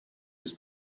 his